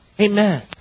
Amen